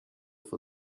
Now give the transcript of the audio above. for